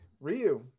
Ryu